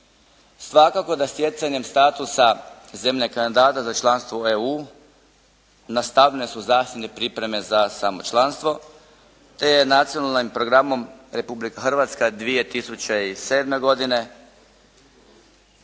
Svakako da stjecanjem statusa zemlje kandidata za članstvo u EU nastavljene su zasebne pripreme za samo članstvo te je nacionalnim programom Republika Hrvatska 2007. godine